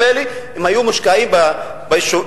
האלה אילו הם היו מושקעים בפריפריה,